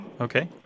Okay